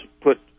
put